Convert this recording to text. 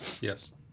Yes